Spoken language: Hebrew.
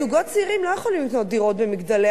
זוגות צעירים לא יכולים לקנות דירות ב"מגדלי